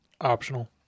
Optional